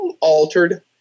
altered